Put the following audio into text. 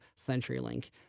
CenturyLink